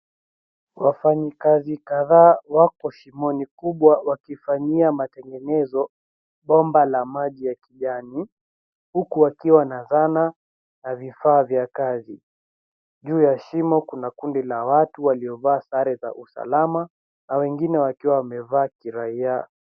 Wafanyi kazi kadhaa wako shimoni kubwa wakifanyia matengenezo bomba la maji ya kijani huku wakiwa na zana na vifaa vya kazi. Juu ya shimo kuna kundi la watu waliovaa sare za usalma na wengine wakiwa wamevaa kiraia.